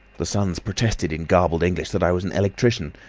the sons protested in garbled english that i was an electrician,